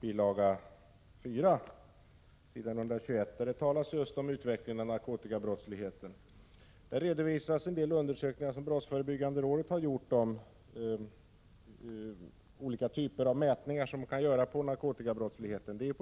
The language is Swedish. bil. 4, s. 121, där det talas just om utvecklingen av narkotikabrottsligheten. Där redovisas en del undersökningar som brottsförebyggande rådet har gjort om olika typer av mätningar som kan göras på narkotikabrottsligheten.